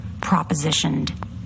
propositioned